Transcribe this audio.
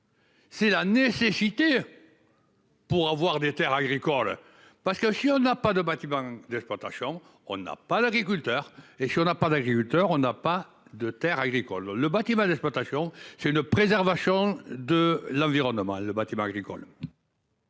C'est la nécessité. Pour avoir des Terres agricoles parce que si on n'a pas de bâtiments d'exploitation. On n'a pas l'agriculteur et si on n'a pas d'agriculteurs, on n'a pas de Terres agricoles, le bac, il va l'exploitation c'est une préservation de l'environnement. Le bâtiment agricole.